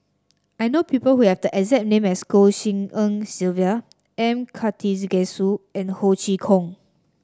I know people who have the exact name as Goh Tshin En Sylvia M Karthigesu and Ho Chee Kong